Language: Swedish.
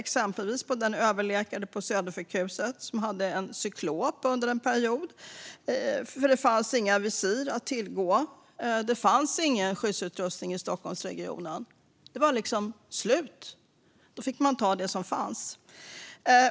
Exempelvis hade en överläkare på Södersjukhuset ett cyklop under en period eftersom det inte fanns några visir att tillgå. Det fanns ingen skyddsutrustning i Stockholmsregionen. Den var slut, och då fick man ta det som fanns.